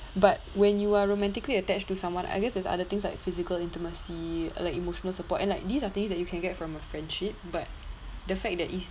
but when you are romantically attached to someone I guess there's other things like physical intimacy like emotional support and like these are things that you can get from a friendship but the fact that it's